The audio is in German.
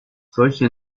solche